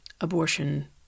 abortion